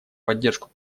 поддержку